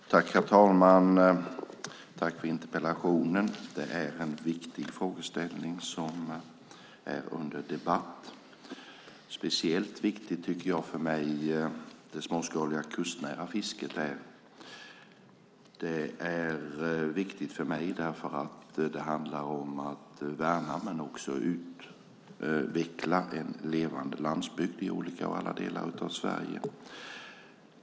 Herr talman! Jag tackar Göran Persson för interpellationen. Det är en viktig frågeställning som är under debatt. Jag tycker att det småskaliga kustnära fisket är speciellt viktigt. Det är viktigt för mig därför att det handlar om att värna men också utveckla en levande landsbygd i alla olika delar av Sverige.